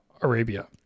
Arabia